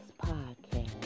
podcast